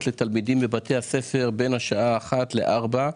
לתלמידים בבתי הספר בין השעה 13:00 ל-16:00.